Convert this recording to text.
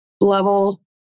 level